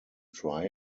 try